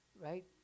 right